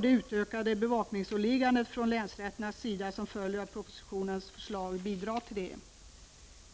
det utökade bevakningsåliggande från länsrätternas sida som följer av propositionen bör bidra till det.